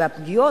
והפגיעות,